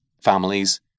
families